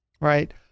right